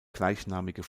gleichnamigen